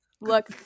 look